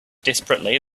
desperately